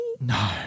No